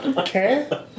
Okay